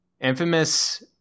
Infamous